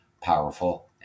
powerful